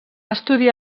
estudiar